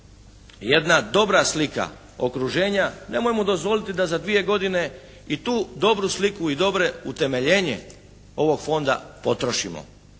jedna dobra slika okruženja. Nemojmo dozvoliti da za dvije godine i tu dobru sliku i dobre utemeljenje ovog fonda potrošimo,